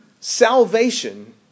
salvation